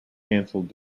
cancelled